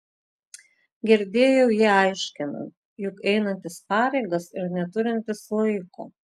girdėjau jį aiškinant jog einantis pareigas ir neturintis laiko